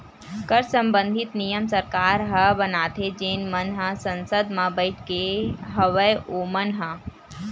कर संबंधित नियम सरकार ह बनाथे जेन मन ह संसद म बइठे हवय ओमन ह